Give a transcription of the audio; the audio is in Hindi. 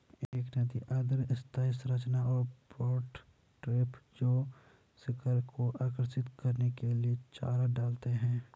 एक नदी अर्ध स्थायी संरचना और पॉट ट्रैप जो शिकार को आकर्षित करने के लिए चारा डालते हैं